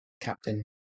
captain